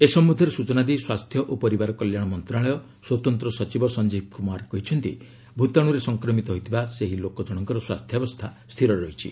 ଏ ସମ୍ବନ୍ଧରେ ସୂଚନା ଦେଇ ସ୍ୱାସ୍ଥ୍ୟ ଓ ପରିବାର କଲ୍ୟାଣ ମନ୍ତଶାଳୟ ସ୍ୱତନ୍ତ ସଚିବ ସଂଜୀବ କୁମାର କହିଛନ୍ତି ଭୂତାଣୁରେ ସଂକ୍ରମିତ ହୋଇଥିବା ସେହି ଲୋକ ଜଣଙ୍କର ସ୍ୱାସ୍ଥ୍ୟାବସ୍ଥା ସ୍ଥିର ରହିଛି